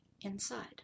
inside